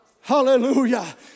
Hallelujah